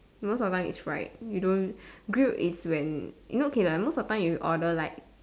most of the time is fried you don't grilled is when you know okay then most of the time you order like